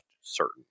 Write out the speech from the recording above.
certain